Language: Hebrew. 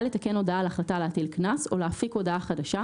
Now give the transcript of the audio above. לתקן הודעה על החלטה להטיל קנס או להפיק הודעה חדשה,